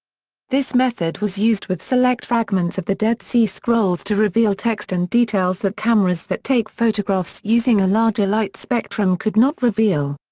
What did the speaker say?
this method was used with select fragments of the dead sea scrolls to reveal text and details that cameras that take photographs using a larger light spectrum could not reveal.